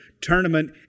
tournament